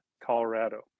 Colorado